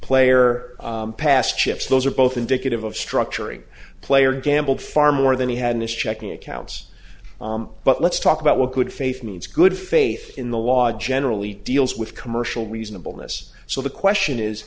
player past chips those are both indicative of structuring player gambled far more than he had his checking accounts but let's talk about what good faith means good faith in the law generally deals with commercial reasonableness so the question is